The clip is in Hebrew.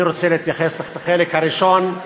אני רוצה להתייחס לחלק הראשון.